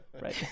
Right